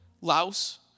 Laos